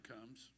comes